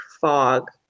fog